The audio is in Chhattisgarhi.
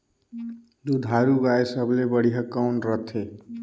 दुधारू गाय सबले बढ़िया कौन रथे?